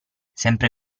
sempre